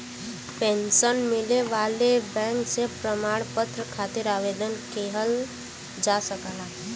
pension मिले वाले bank से प्रमाण पत्र खातिर आवेदन किहल जा सकला